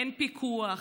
אין פיקוח,